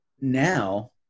now